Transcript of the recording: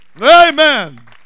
Amen